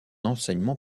enseignement